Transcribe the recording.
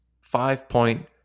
five-point